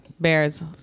Bears